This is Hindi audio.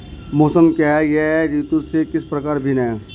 मौसम क्या है यह ऋतु से किस प्रकार भिन्न है?